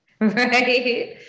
Right